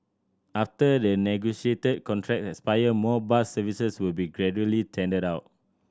after the negotiated contracts expire more bus services will be gradually tendered out